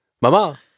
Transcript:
mama